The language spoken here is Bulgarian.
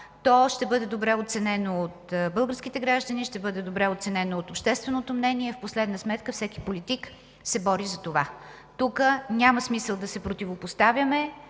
То ще бъде добре оценено от българските граждани, ще бъде добре оценено от общественото мнение. В последна сметка всеки политик се бори за това. Тук няма смисъл да се противопоставяме,